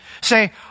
say